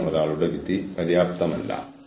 Harvard business റിവ്യൂവിലൂടെ case study ലഭ്യമാണ്